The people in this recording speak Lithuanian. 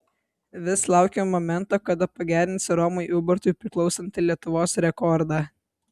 vis laukiu momento kada pagerinsi romui ubartui priklausantį lietuvos rekordą